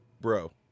Bro